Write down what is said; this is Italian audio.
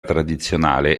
tradizionale